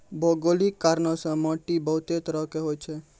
भौगोलिक कारणो से माट्टी बहुते तरहो के होय छै